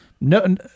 no